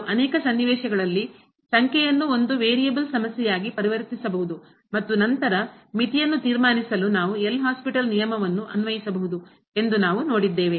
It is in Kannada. ನಾವು ಅನೇಕ ಸನ್ನಿವೇಶಗಳಲ್ಲಿ ಸಂಖ್ಯೆಯನ್ನು ಒಂದು ವೇರಿಯಬಲ್ ಸಮಸ್ಯೆಯಾಗಿ ಪರಿವರ್ತಿಸಬಹುದು ಮತ್ತು ನಂತರ ಮಿತಿಯನ್ನು ತೀರ್ಮಾನಿಸಲು ನಾವು ಎಲ್ ಹಾಸ್ಪಿಟಲ್ ನಿಯಮವನ್ನು ಅನ್ವಯಿಸಬಹುದು ಎಂದು ನಾವು ನೋಡಿದ್ದೇವೆ